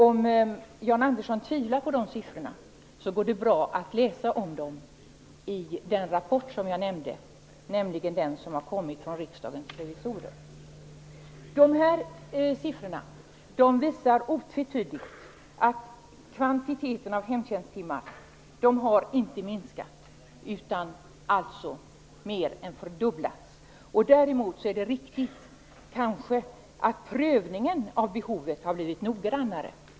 Om Jan Andersson tvivlar på dessa siffror går det bra att läsa om dem i den rapport som jag nämnde, nämligen den rapport som har kommit från riksdagens revisorer. Dessa siffror visar otvetydigt att antalet hemtjänsttimmar inte har minskat, utan de har mer än fördubblats. Däremot är det kanske riktigt att prövningen av behovet har blivit noggrannare.